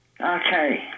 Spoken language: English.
Okay